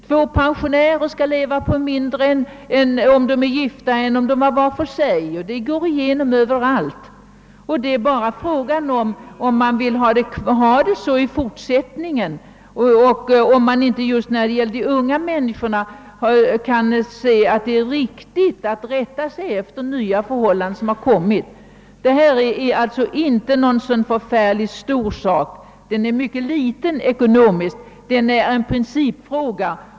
Två folkpensionärer skall leva på mindre, om de är gifta än om de bara bor tillsammans. Detta går igen överallt. Det är bara fråga om man vill ha det så i fortsättningen och om det inte är riktigt att just beträffande unga människor ta hänsyn till de förändrade förhållandena. Detta är inte något särskilt stort spörsmål. Ekonomiskt sett är det obetydligt men det gäller en principfråga.